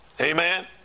Amen